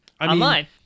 online